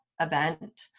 event